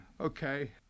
Okay